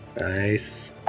Nice